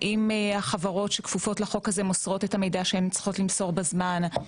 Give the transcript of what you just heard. האם החברות שכפופות לחוק הזה מוסרות את המידע שהן צריכות למסור בזמן?